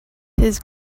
his